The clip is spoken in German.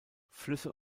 flüsse